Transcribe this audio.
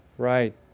Right